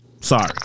Sorry